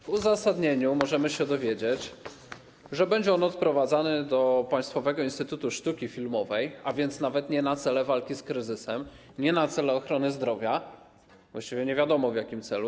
W uzasadnieniu możemy się dowiedzieć, że będzie on odprowadzany do Państwowego Instytutu Sztuki Filmowej, a więc nawet nie w celu walki z kryzysem, nie w celu ochrony zdrowia, właściwie nie wiadomo w jakim celu.